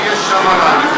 שיש שם רדיו,